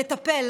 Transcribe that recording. נטפל,